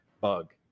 bug